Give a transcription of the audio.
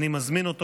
אני מזמין אותו,